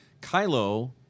Kylo